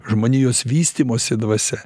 žmonijos vystymosi dvasia